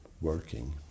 working